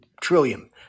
trillion